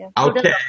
Okay